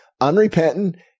unrepentant